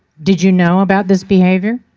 did you know about this behavior?